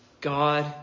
God